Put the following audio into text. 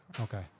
Okay